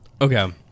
Okay